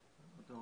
קליפות,